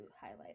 highlight